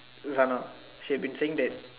Zana she have been saying that